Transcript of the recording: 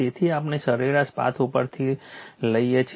તેથી આપણે સરેરાશ પાથ પરથી લઈએ છીએ